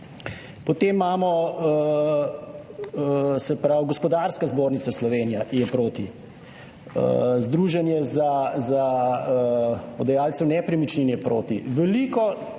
Potem imamo, se pravi, Gospodarska zbornica Slovenije je proti, Združenje oddajalcev nepremičnin je proti, veliko